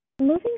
Moving